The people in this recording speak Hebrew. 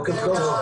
בוקר טוב.